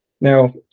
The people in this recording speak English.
Now